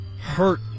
hurt